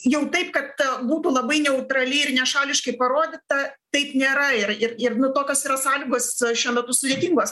jau taip kad būtų labai neutraliai ir nešališkai parodyta taip nėra ir ir ir nu tokios yra sąlygos šiuo metu sudėtingos